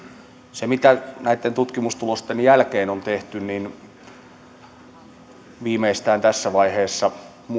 se mitä näitten tutkimustulosten jälkeen on tehty on että viimeistään tässä vaiheessa